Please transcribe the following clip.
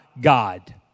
God